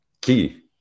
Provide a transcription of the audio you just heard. key